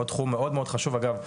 עוד תחום מאוד מאוד חשוב אגב,